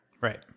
Right